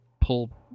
pull